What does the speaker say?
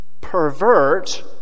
pervert